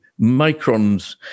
microns